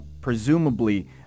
presumably